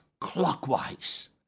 clockwise